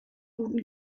guten